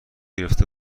گرفته